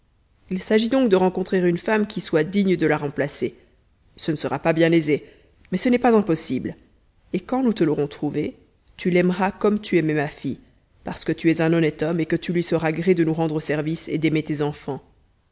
il s'agit donc de rencontrer une femme qui soit digne de la remplacer ce ne sera pas bien aisé mais ce n'est pas impossible et quand nous te l'aurons trouvée tu l'aimeras comme tu aimais ma fille parce que tu es un honnête homme et que tu lui sauras gré de nous rendre service et d'aimer tes enfants